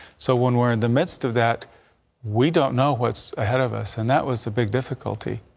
so when we're in the midst of that we don't know what's ahead of us and that was the big difficulty.